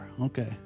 okay